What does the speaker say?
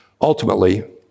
Ultimately